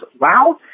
wow